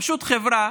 פשוט חברה